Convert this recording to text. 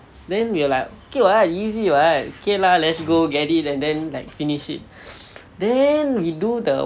then we were like okay what easy what okay lah let's go get it and then like finish it then we do the